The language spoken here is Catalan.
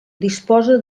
disposa